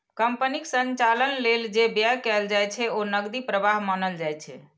कंपनीक संचालन लेल जे व्यय कैल जाइ छै, ओ नकदी प्रवाह मानल जाइ छै